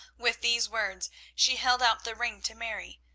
with these words she held out the ring to mary,